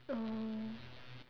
oh